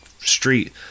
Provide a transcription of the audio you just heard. street